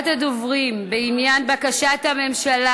הדוברים בעניין בקשת הממשלה,